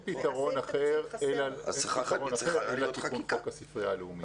אין פתרון אחר, אלא תיקון חוק הספרייה הלאומית.